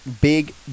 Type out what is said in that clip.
big